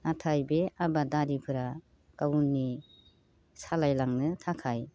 नाथाय बे आबादारिफ्रा गावनि सालायलांनो थाखाय